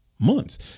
months